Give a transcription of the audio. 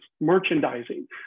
merchandising